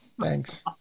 Thanks